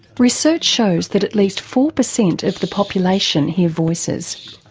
research shows that at least four percent of the population hear voices.